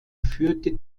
führte